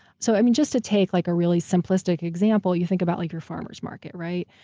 so i mean, just to take like a really simplistic example, you think about like your farmers market, right.